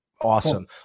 Awesome